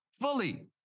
fully